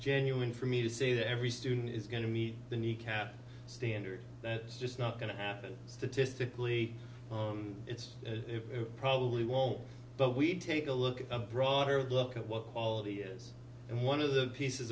genuine for me to say that every student is going to meet the new cat standard that's just not going to happen statistically it's probably won't but we take a look at a broader look at what quality is and one of the pieces